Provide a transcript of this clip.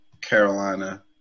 Carolina